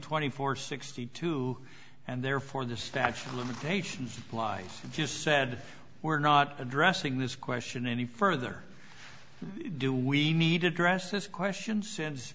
twenty four sixty two and therefore the statute of limitations lies just said we're not addressing this question any further do we need to dress this question since